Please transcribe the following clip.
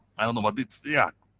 i don't know, but it's yeah,